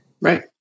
Right